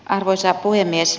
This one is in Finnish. arvoisa puhemies